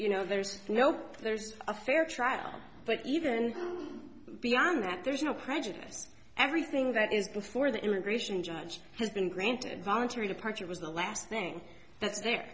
you know there's no there's a fair trial but even beyond that there's no prejudice everything that is before the immigration judge has been granted voluntary departure was the last thing that's the